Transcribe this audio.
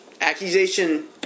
Accusation